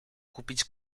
kupić